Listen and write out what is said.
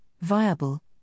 viable